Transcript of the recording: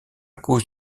cause